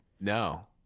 No